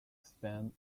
spun